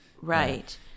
right